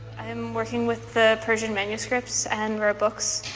i'm working with the persian manuscripts and rare books,